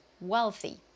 wealthy